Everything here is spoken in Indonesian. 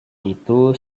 itu